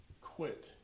quit